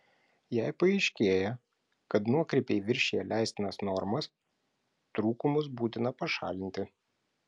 jei paaiškėja kad nuokrypiai viršija leistinas normas trūkumus būtina pašalinti